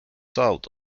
south